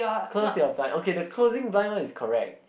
close your blind okay the closing blind one is correct